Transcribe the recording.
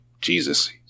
Jesus